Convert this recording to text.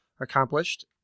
accomplished